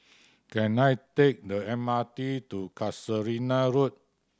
can I take the M R T to Casuarina Road